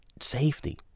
safety